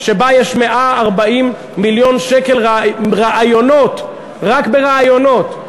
שבה יש 140 מיליון שקל עם רעיונות, רק ברעיונות,